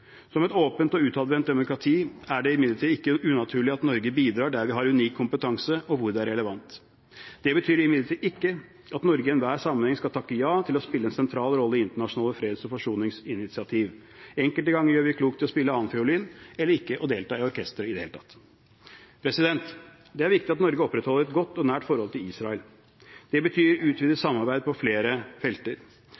Som et åpent og utadvendt demokrati er det imidlertid ikke unaturlig at Norge bidrar der vi har unik kompetanse, og hvor det er relevant. Det betyr imidlertid ikke at Norge i enhver sammenheng skal takke ja til å spille en sentral rolle i internasjonale fred- og forsoningsinitiativ. Enkelte ganger gjør vi klokt i å spille annenfiolin eller ikke å delta i orkesteret i det hele tatt. Det er viktig at Norge opprettholder et godt og nært forhold til Israel. Det betyr utvidet